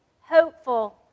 hopeful